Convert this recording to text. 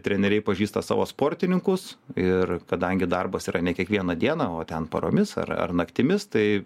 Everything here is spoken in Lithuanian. treneriai pažįsta savo sportininkus ir kadangi darbas yra ne kiekvieną dieną o ten paromis ar ar naktimis tai